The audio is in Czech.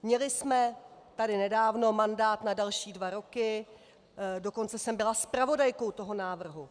Měli jsme tady nedávno mandát na další dva roky, dokonce jsem byla zpravodajkou toho návrhu.